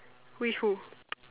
which who